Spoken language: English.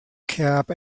cap